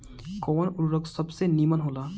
कवन उर्वरक सबसे नीमन होला?